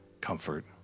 comfort